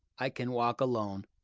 i can walk alone.